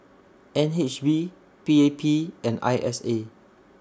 N H B P A P and I S A